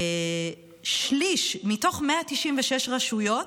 שליש, מתוך 196 רשויות,